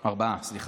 ארבעה, סליחה.